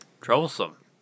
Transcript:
troublesome